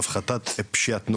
להפחתת פשיעת נוער,